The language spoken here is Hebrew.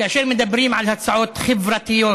כאשר מדברים על הצעות חברתיות,